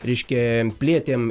reiškia plėtėm